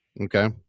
Okay